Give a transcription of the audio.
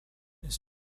his